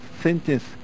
sentence